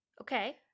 Okay